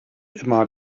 immer